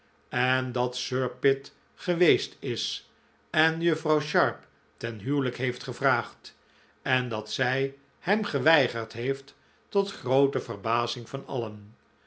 en dat sir pitt geweest is en juffrouw sharp ten huwelijk heeft gevraagd en dat zij hem geweigerd heeft tot groote verbazing van alien